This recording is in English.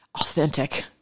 authentic